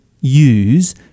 use